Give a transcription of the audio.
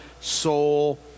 soul